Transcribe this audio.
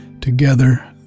Together